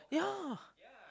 yeah